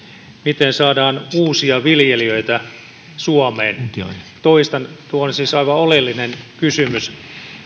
miten saadaan uusia viljelijöitä suomeen toistan tuo on siis aivan oleellinen kysymys